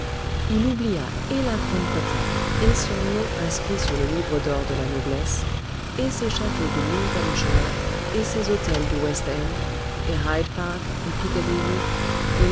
il oublia et la grande-bretagne et son nom inscrit sur le livre d'or de la noblesse et ses châteaux du lincolnshire et ses hôtels du west end et hyde-park et